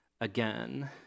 again